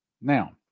Now